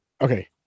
Okay